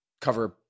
cover